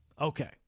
Okay